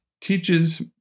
teaches